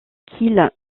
qu’ils